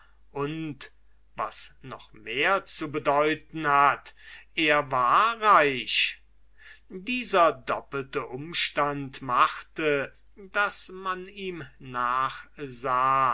und was noch mehr zu bedeuten hat er war reich dieser doppelte umstand machte daß man ihm nachsah